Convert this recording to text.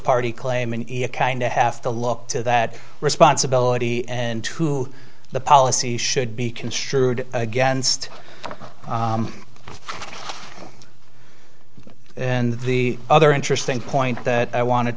party claim an equine to have to look to that responsibility and to the policy should be construed against and the other interesting point that i wanted